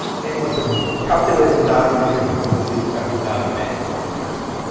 and what the calculated value should be, what is the expected value based on that trend line.